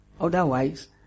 Otherwise